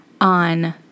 on